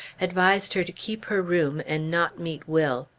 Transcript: advised her to keep her room and not meet will.